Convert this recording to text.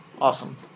Awesome